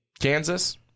Kansas